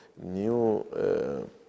new